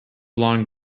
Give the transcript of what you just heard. blonde